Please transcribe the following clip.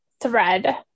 thread